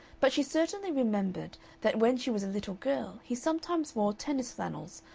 but she certainly remembered that when she was a little girl he sometimes wore tennis flannels,